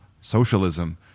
socialism